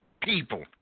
people